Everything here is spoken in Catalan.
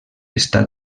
estat